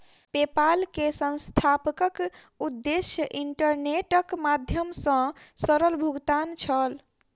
PayPal के संस्थापकक उद्देश्य इंटरनेटक माध्यम सॅ सरल भुगतान छल